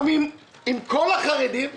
גם עם כל החרדים.